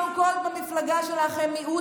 צר לי להודיע לך, חברת הכנסת גוטליב, את מיעוט.